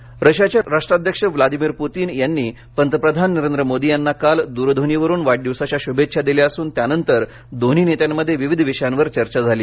Putin रशियाचे राष्ट्राध्यक्ष Vladimir Putin यांनी पंतप्रधान नरेंद्र मोदी यांना काल दूरध्वनीवरून वाढदिवसाच्या शुभेच्छा दिल्या असून त्यानंतर दोन्ही नेत्यांमध्ये विविध विषयांवर चर्चा झाली